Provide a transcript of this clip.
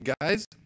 guys